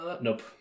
Nope